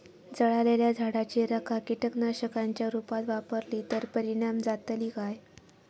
जळालेल्या झाडाची रखा कीटकनाशकांच्या रुपात वापरली तर परिणाम जातली काय?